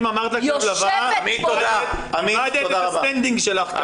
אם אמרת לה כלבלבה, איבדת את הסטנדינג שלך.